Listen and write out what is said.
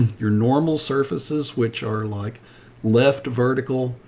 your normal surfaces, which are like left vertical,